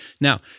Now